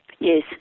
Yes